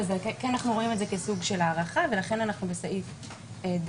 אבל כן אנחנו רואים את זה כסוג של הארכה ולכן אנחנו בסעיף (ד)(1).